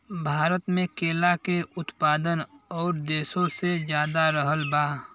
भारत मे केला के उत्पादन और देशो से ज्यादा रहल बा